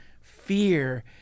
fear